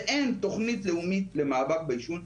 אין תוכנית לאומית למאבק בעישון.